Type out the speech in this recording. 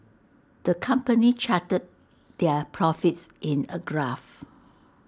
the company charted their profits in A graph